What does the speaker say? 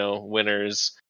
winners